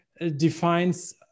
defines